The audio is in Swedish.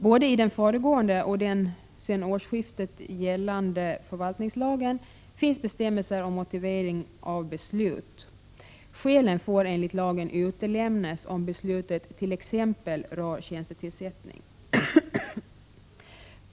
Både i den föregående och i den sedan årsskiftet gällande förvaltningslagen finns bestämmelser om motivering av beslut. Skälen får enligt lagen utelämnas om beslutet t.ex. rör tjänstetillsättning.